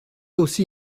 aussi